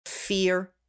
fear